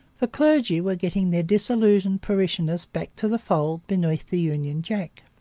the clergy were getting their disillusioned parishioners back to the fold beneath the union jack